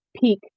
peak